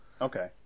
Okay